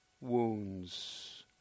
wounds